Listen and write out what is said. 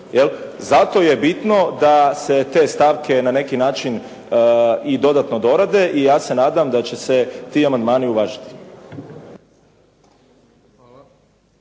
Zato je bitno da se te stavke na neki način i dodatno dorade i ja se nadam da će se ti amandmani uvažiti.